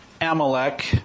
Amalek